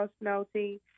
melting